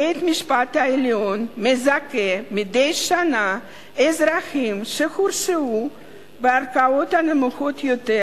בית-המשפט העליון מזכה מדי שנה אזרחים שהורשעו בערכאות נמוכות יותר.